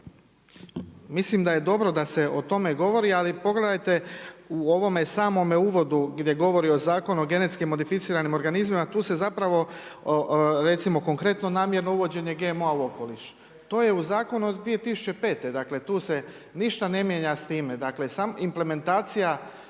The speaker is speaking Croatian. Mislim da je dobro da se o tome govori, ali pogledajte u ovome samome uvodu, gdje govori Zakon o GMO, tu se zapravo, recimo konkretno namjerno uvođenje GMO u okoliš. To je u zakonu od 2005. dakle, tu se ništa ne mijenja s time. Implementacija